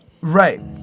Right